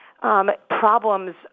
Problems